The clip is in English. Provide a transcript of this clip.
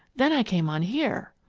then i came on here.